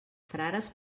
frares